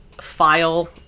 file